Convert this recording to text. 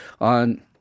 on